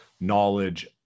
knowledge